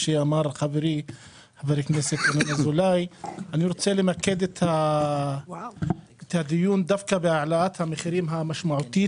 אני רוצה למקד את הדיון דווקא בהעלאת המחירים המשמעותית